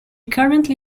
currently